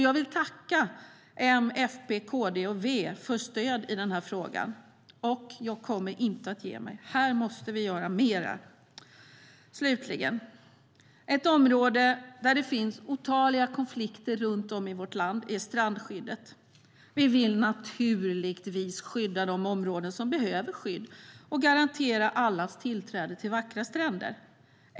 Jag vill tacka M, FP, KD och V för stödet i denna fråga. Jag kommer inte att ge mig. Här måste vi göra mer! Slutligen: Ett område där det finns otaliga konflikter runt om i vårt land är strandskyddet. Vi vill naturligtvis skydda de områden som behöver skydd och garantera allas tillträde till vackra stränder.